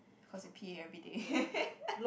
cause he pee everyday